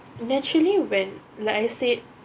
naturally when like I said